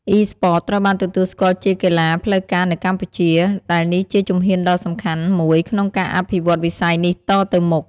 Esports ត្រូវបានទទួលស្គាល់ជាកីឡាផ្លូវការនៅកម្ពុជា ដែលនេះជាជំហានដ៏សំខាន់មួយក្នុងការអភិវឌ្ឍវិស័យនេះតទៅមុខ។